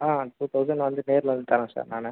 ஆ two thousand வந்து நேரில் வந்து தரேன் சார் நானு